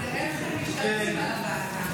הסלט הבא זה איך הם משתלטים על הוועדה.